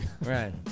right